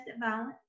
violence